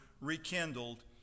rekindled